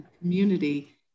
community